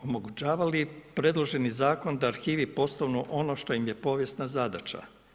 Omogućava li predloženi zakon da arhivi postanu ono što im je povijesna zadaća?